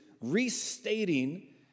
restating